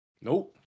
Nope